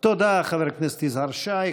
תודה, חבר הכנסת יזהר שי.